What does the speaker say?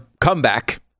comeback